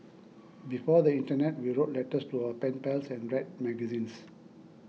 before the internet we wrote letters to our pen pals and read magazines